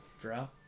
Drow